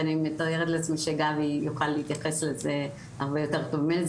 ואני מתארת לעצמי שגבי יוכל להתייחס לזה הרבה יותר טוב ממני,